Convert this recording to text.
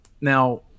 now